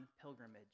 pilgrimage